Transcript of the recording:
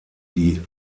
die